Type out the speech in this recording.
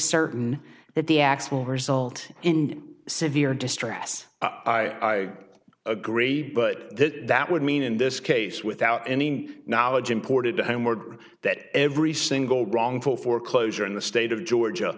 certain that the acts will result in severe distress i agree but that that would mean in this case without any knowledge imported to him word that every single wrongful foreclosure in the state of georgia